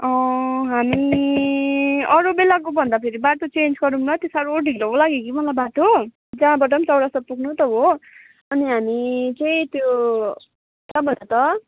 हामी अरू बेलाको भन्दाखेरि बाटो चेन्ज गरौँ ल त्यो साह्रो ढिलो लाग्यो कि मलाई बाटो जहाँबाट पनि चौरस्ता पुग्नु त हो अनि हामी चाहिँ त्यो कहाँ भन त